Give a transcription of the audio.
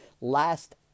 last